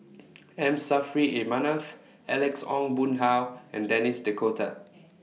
M Saffri A Manaf Alex Ong Boon Hau and Denis D'Cotta